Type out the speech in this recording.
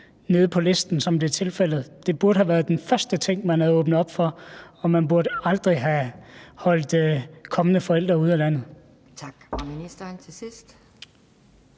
ned på listen, som det er tilfældet. Det burde have været den første ting, man havde åbnet op for, og man burde aldrig have holdt kommende forældre ude af landet. Kl. 18:16 Anden